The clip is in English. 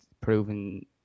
proven